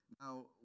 now